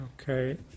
Okay